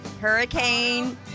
Hurricane